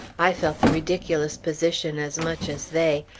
i felt the ridiculous position as much as they.